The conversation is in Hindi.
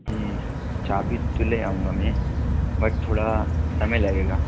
जी चाबी तो ले आऊँगा मैं बट थोड़ा समय लगेगा